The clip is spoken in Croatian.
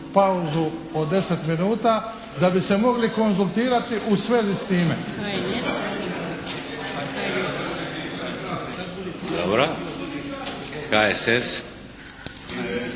pauzu od 10 minuta da bi se mogli konzultirati u svezi s time. **Šeks,